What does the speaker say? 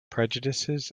prejudices